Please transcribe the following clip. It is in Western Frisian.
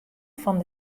fan